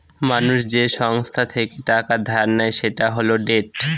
মানুষ যে সংস্থা থেকে টাকা ধার নেয় সেটা হল ডেট